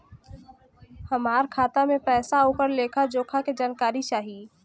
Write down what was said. हमार खाता में पैसा ओकर लेखा जोखा के जानकारी चाही?